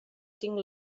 tinc